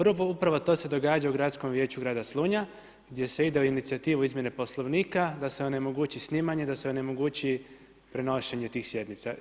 Prvo, upravo to se događa na gradskom vijeću grada Slunja, gdje se ide u inicijativu izmjene poslovnika, da se onemogući snimanje i da se onemogući prenošenje tih sjednica.